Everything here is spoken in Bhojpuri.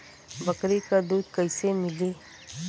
बकरी क दूध कईसे मिली?